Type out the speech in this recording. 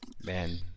Man